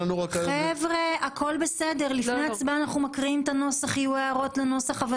לפני ההצבעה אנחנו מקריאים את הנוסח ויהיו הערות לנוסח.